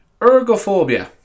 ergophobia